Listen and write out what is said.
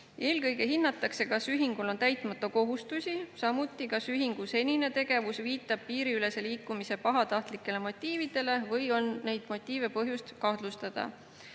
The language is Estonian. Eelkõige hinnatakse, kas ühingul on täitmata kohustusi, samuti seda, kas ühingu senine tegevus viitab piiriülese liikumise pahatahtlikele motiividele või on muul põhjusel need